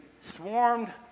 swarmed